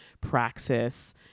praxis